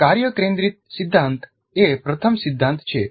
કાર્ય કેન્દ્રિત સિદ્ધાંત એ પ્રથમ સિદ્ધાંત છે